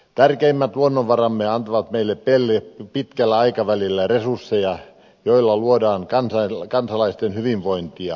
tärkeimmät luonnonvaramme antavat meille pitkällä aikavälillä resursseja joilla luodaan kansalaisten hyvinvointia